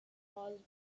cause